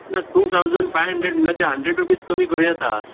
ना two thousand five hundred म्हणल्यार ते हंड्रेड रुपीज कमी करूं येता